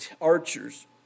archers